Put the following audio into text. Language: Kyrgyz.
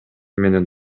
менен